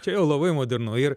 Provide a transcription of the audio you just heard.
čia jau labai modernu ir